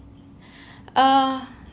uh